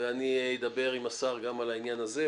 אני אדבר עם השר גם על העניין הזה,